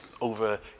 over